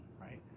right